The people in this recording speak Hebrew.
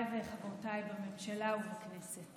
חבריי וחברותיי בממשלה ובכנסת,